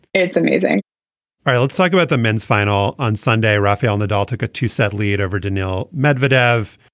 it's amazing let's talk about the men's final on sunday rafael nadal took a two set lead over danell medvedev